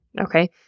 Okay